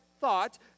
thought